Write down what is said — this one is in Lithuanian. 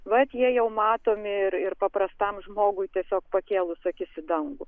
vat jie jau matomi ir ir paprastam žmogui tiesiog pakėlus akis į dangų